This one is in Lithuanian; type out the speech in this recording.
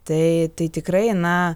tai tai tikrai na